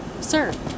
sir